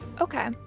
okay